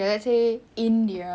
tapi you tak tahu nak pergi mana